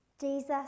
Jesus